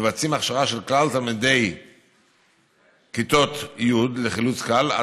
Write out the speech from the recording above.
מבצע הכשרה של כלל תלמידי כיתות י' לחילוץ קל.